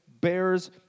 bears